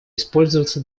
использоваться